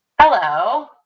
Hello